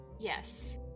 Yes